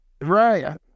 Right